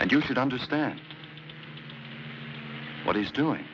and you should understand what he's doing